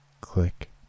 Click